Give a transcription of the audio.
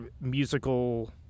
musical